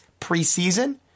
preseason